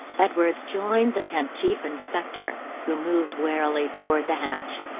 edwards joined the kent chief inspector, who moved warily toward the hatch.